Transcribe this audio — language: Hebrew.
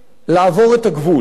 לעבור את הגבול.